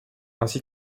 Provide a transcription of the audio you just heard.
ainsi